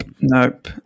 Nope